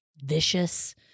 vicious